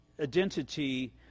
identity